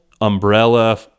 umbrella